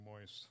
moist